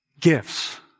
gifts